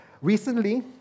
recently